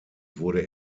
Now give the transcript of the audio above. wurde